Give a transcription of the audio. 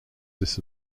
this